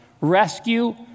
rescue